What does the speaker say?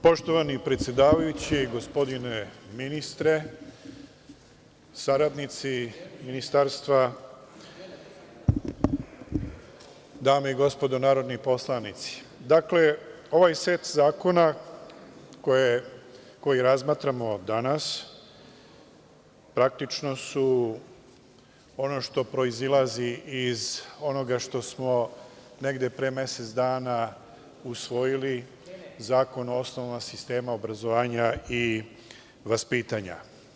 Poštovani predsedavajući, poštovani ministre, saradnici ministarstva, dame i gospodo narodni poslanici, ovaj set zakona koji razmatramo danas praktično su ono što proizilazi iz onoga što smo negde pre mesec dana usvojili, Zakon o osnovama sistema obrazovanja i vaspitanja.